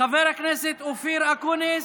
חבר הכנסת אופיר אקוניס,